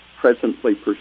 presently